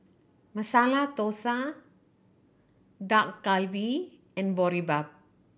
Masala Dosa Dak Galbi and Boribap